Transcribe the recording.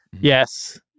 Yes